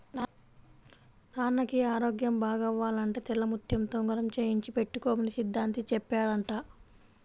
నాన్నకి ఆరోగ్యం బాగవ్వాలంటే తెల్లముత్యంతో ఉంగరం చేయించి పెట్టుకోమని సిద్ధాంతి చెప్పాడంట